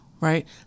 right